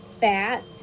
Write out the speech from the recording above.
fats